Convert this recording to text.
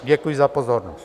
Děkuji za pozornost.